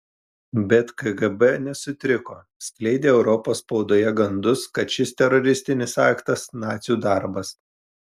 bet kgb nesutriko skleidė europos spaudoje gandus kad šis teroristinis aktas nacių darbas